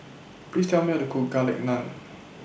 Please Tell Me How to Cook Garlic Naan